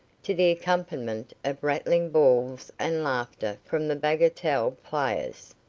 to the accompaniment of rattling balls and laughter from the bagatelle players.